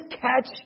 catch